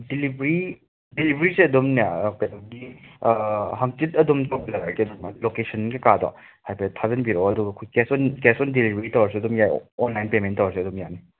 delivery ꯗꯤꯂꯤꯕ꯭ꯔꯤꯁꯦ ꯑꯗꯨꯝꯅꯦ ꯀꯩꯅꯣꯒꯤ ꯍꯪꯆꯤꯠ ꯑꯗꯨꯝ ꯇꯧꯖꯔꯛꯑꯒꯦ ꯑꯗꯨꯝ ꯂꯣꯀꯦꯁꯟ ꯀꯩꯀꯥꯗꯣ ꯍꯥꯏꯐꯦꯠ ꯊꯥꯖꯤꯟꯕꯤꯔꯛꯑꯣ ꯑꯗꯨꯒ ꯀꯦꯁ ꯑꯣꯟ ꯑꯣꯟ ꯗꯤꯂꯤꯕ꯭ꯔꯤ ꯇꯧꯔꯁꯨ ꯑꯗꯨꯝ ꯌꯥꯏ ꯑꯣꯟꯂꯥꯏꯟ ꯄꯦꯃꯦꯟ ꯇꯧꯔꯁꯨ ꯑꯗꯨꯝ ꯌꯥꯅꯤ